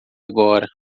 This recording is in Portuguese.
agora